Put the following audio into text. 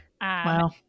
Wow